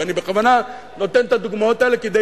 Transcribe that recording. ואני בכוונה נותן את הדוגמאות האלה כדי